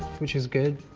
which is good.